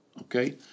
okay